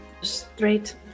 straight